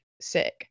sick